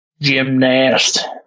Gymnast